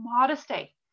modesty